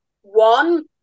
one